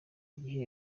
gihe